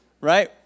right